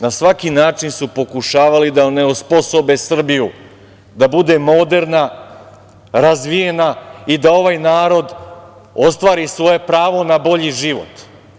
Na svaki način su pokušavali da onesposobe Srbiju da bude moderna, razvijena i da ovaj narod ostvari svoje pravo na bolji život.